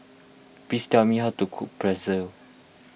please tell me how to cook Pretzel